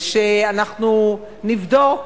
ושאנחנו נבדוק,